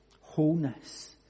wholeness